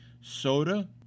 Soda